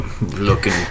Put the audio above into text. looking